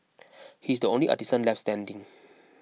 he is the only artisan left standing